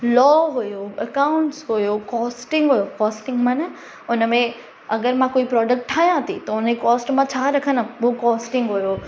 law हुयो accounts हुयो costing हुयो कॉस्टिंग माना उन में अगरि मां कोई प्रोडक्ट ठाहियां थी त उन जी कॉस्ट मां छा रखंदमि उहो कॉस्टिंग हुयो